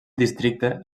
districte